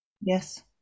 Yes